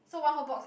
so one whole box